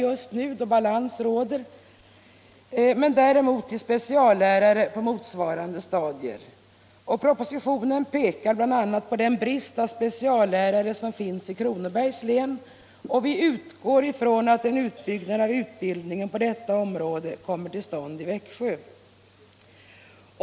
Däremot är det lämpligt att välja utbildning till speciallärare på motsvarande stadier. Propositionen pekar också på den brist på speciallärare som finns i bl.a. Kronobergs län. Vi utgår ifrån att en utbyggnad av utbildningen på detta område kommer till stånd i Växjö.